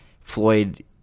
Floyd